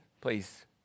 Please